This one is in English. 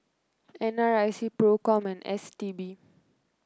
N R I C Procom and S T B